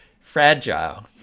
fragile